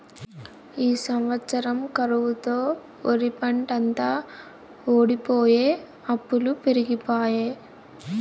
ఈ సంవత్సరం కరువుతో ఒరిపంటంతా వోడిపోయె అప్పులు పెరిగిపాయె